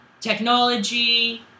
technology